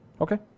Okay